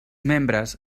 membres